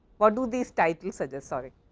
what do these titles suggest? sort of